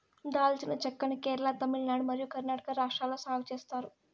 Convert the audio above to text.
దాల్చిన చెక్క ని కేరళ, తమిళనాడు మరియు కర్ణాటక రాష్ట్రాలలో సాగు చేత్తారు